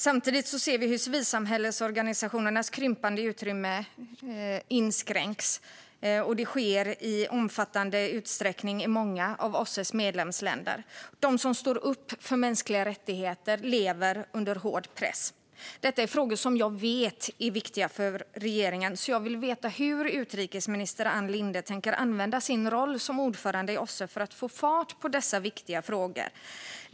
Samtidigt ser vi hur civilsamhällesorganisationernas krympande utrymme inskränks alltmer. Det sker i omfattande utsträckning i många av OSSE:s medlemsländer. De som står upp för mänskliga rättigheter lever under hård press. Detta är frågor som jag vet är viktiga för regeringen, så jag vill veta hur utrikesminister Ann Linde tänker använda sin roll som ordförande i OSSE för att få fart på dessa viktiga frågor.